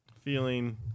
feeling